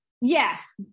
yes